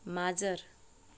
माजर